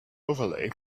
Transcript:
overlay